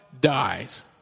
dies